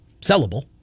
sellable